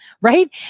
right